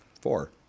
four